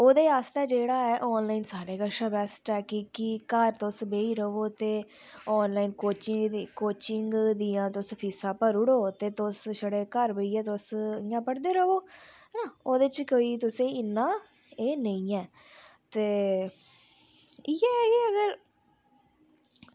ते एह्दे कशा ते ऑनलाइन सारें कशा बेस्ट ऐ कि घर तुस बेही रवो ते ऑनलाइन कोचिंग देआ ते तुस फाीसां भरी ओड़ो ते तुस इंया घर पुजगे ते तुस पढ़दे रवेओ ओह्दे च कोई तुसेंगी इन्ना एह् नेईं ते इयै कि अगर